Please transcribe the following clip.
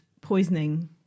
poisoning